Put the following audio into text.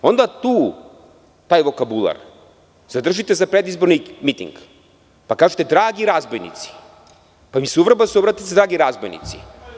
Onda taj vokabular zadržite za predizborni miting pa kažite – dragi razbojnici, pa mi se u Vrbasu obratite tako, sa – dragi razbojnici.